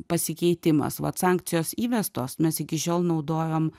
pasikeitimas vat sankcijos įvestos mes iki šiol naudojom